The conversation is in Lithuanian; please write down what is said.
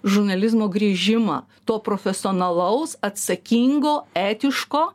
žurnalizmo grįžimą to profesionalaus atsakingo etiško